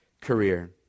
career